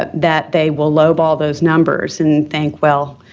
but that they will lowball those numbers and think, well,